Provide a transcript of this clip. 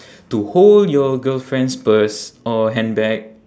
to hold your girlfriend's purse or handbag